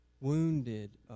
wounded